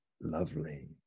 Lovely